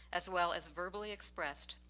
as well as verbally, expressed.